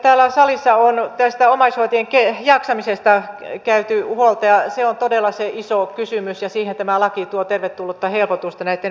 täällä salissa on tästä omaishoitajien jaksamisesta kannettu huolta ja se on todella se iso kysymys ja siihen tämä laki tuo tervetullutta helpotusta näitten vapaiden muodossa